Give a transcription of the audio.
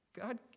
God